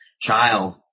child